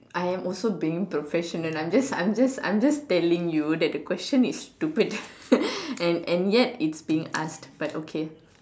I am also being professional I'm just I'm just I'm just telling you that the question is stupid and and yet it's being asked but okay